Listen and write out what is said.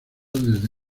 desde